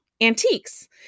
antiques